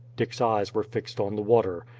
dick's eyes were fixed on the water.